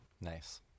nice